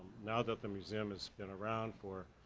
now that the museum has been around for,